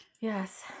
Yes